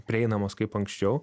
prieinamos kaip anksčiau